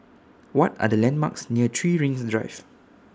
What Are The landmarks near three Rings Drive